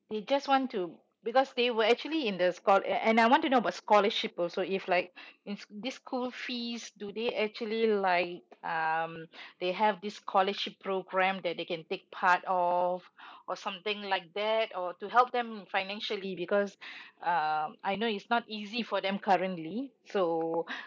they just want to because they were actually in the schol~ and I want to know about scholarship also if like in this school fees do they actually like um they have this college programme that they can take part or or something like that or to help them financially because um I know it's not easy for them currently so